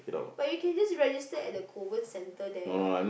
but you can just register at the Kovan centre there [what]